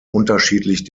unterschiedlich